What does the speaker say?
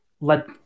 let